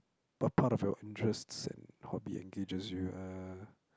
but part of your interests and hobby engages you uh